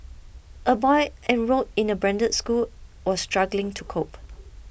a boy enrolled in a branded school was struggling to cope